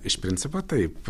iš principo taip